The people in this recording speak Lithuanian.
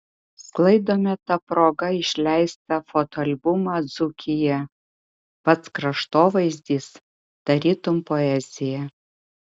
sklaidome ta proga išleistą fotoalbumą dzūkija pats kraštovaizdis tarytum poezija